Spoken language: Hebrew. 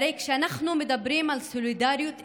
הרי כשאנחנו מדברים על סולידריות אזרחית,